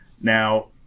Now